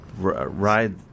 Ride